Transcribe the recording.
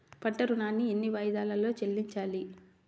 పంట ఋణాన్ని ఎన్ని వాయిదాలలో చెల్లించాలి?